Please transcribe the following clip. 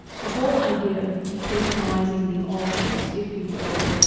the whole idea of depersonalizing the alters, if you will,